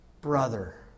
brother